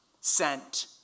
sent